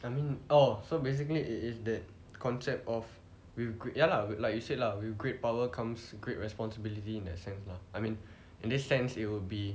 I mean oh so basically it is that concept of with great ya lah like you said lah with great power comes great responsibility in a sense lah I mean in this sense it'll be